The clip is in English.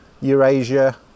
Eurasia